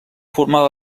formava